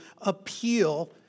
appeal